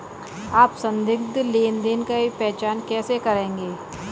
आप संदिग्ध लेनदेन की पहचान कैसे करेंगे?